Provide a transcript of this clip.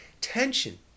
Tension